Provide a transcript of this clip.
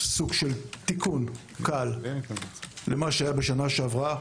סוג של תיקון קל למה שהיה בשנה שעברה.